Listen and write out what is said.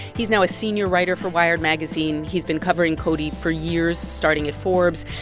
he's now a senior writer for wired magazine. he's been covering cody for years, starting at forbes.